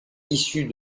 issues